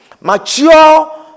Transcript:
Mature